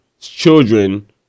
Children